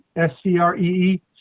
S-C-R-E-E